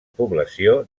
població